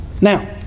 Now